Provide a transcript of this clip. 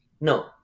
No